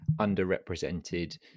underrepresented